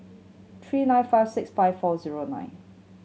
three nine five six five four zero nine